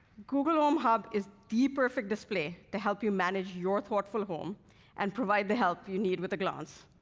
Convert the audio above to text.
google home hub is the perfect display to help you manage your thoughtful home and provide the help you need with a glance.